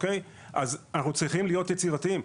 אז אנחנו צריכים להיות יצירתיים,